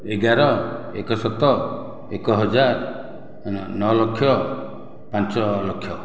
ଏଗାର ଏକଶତ ଏକ ହଜାର ନଅ ଲକ୍ଷ ପାଞ୍ଚ ଲକ୍ଷ